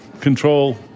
control